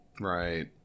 Right